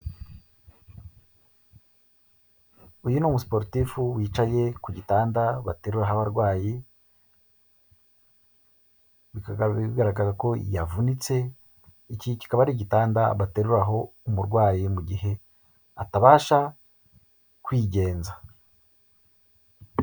Uyu ni umusiporotifu wicaye ku gitanda bateruriraho abarwayi kuko yavunitse, hari igitanda baterura umurwayi gihe atabasha kwigenza.